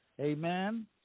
Amen